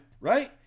right